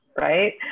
Right